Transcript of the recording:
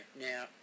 now